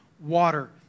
water